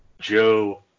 Joe